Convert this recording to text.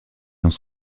dans